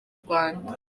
rwanda